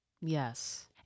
Yes